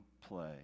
play